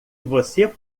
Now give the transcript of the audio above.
você